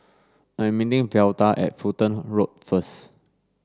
I'm Velda at Fulton Road first